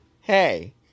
hey